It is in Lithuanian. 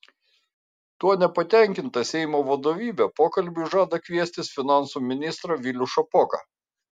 tuo nepatenkinta seimo vadovybė pokalbiui žada kviestis finansų ministrą vilių šapoką